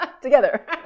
together